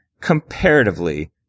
comparatively